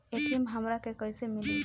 ATM हमरा के कइसे मिली?